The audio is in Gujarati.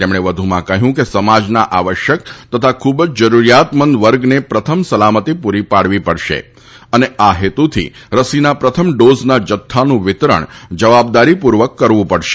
તેમણે વધુમાં કહ્યું કે સમાજના આવશ્યક તથા ખુબ જ જરૂરીયાતમંદ વર્ગને પ્રથમ સલામતી પુરી પાડવી પડશે અને આ હેતુથી રસીના પ્રથમ ડોઝના જથ્થાનું વિતરણ જવાબદારીપુર્વક કરવુ પડશે